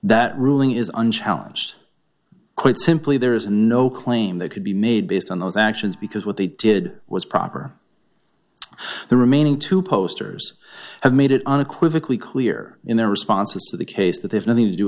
that ruling is unchallenged quite simply there is no claim they could be made based on those actions because what they did was proper the remaining two posters have made it unequivocally clear in their responses to the case that they have nothing to do